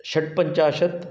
षड्पञ्चाशत्